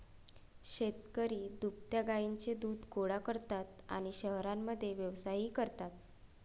शेतकरी दुभत्या गायींचे दूध गोळा करतात आणि शहरांमध्ये व्यवसायही करतात